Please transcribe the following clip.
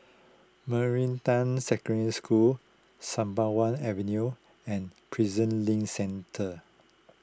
Meridian Secondary School Sembawang Avenue and Prison Link Centre